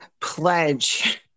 pledge